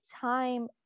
time